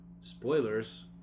spoilers